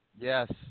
Yes